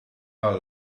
out